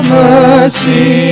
mercy